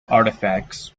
artifacts